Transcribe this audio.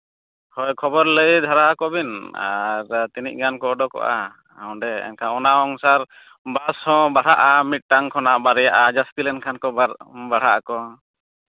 ᱦᱳᱭ ᱠᱷᱚᱵᱚᱨ ᱞᱟᱹᱭ ᱫᱷᱟᱨᱟ ᱟᱠᱚ ᱵᱤᱱ ᱟᱨ ᱛᱤᱱᱟᱹᱜ ᱜᱟᱱ ᱠᱚ ᱚᱰᱳᱠᱚᱜᱼᱟ ᱚᱸᱰᱮ ᱮᱱᱠᱷᱟᱱ ᱚᱱᱟ ᱚᱱᱩᱥᱟᱨ ᱵᱟᱥ ᱦᱚᱸ ᱵᱟᱲᱦᱟᱜᱼᱟ ᱢᱤᱫᱴᱟᱱ ᱠᱷᱚᱱᱟᱜ ᱵᱟᱨᱭᱟᱜᱼᱟ ᱡᱟᱹᱥᱛᱤ ᱞᱮᱱᱠᱷᱟᱱ ᱠᱚ ᱟᱵᱟᱨ ᱵᱟᱲᱦᱟᱜ ᱟᱠᱚ